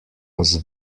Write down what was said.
was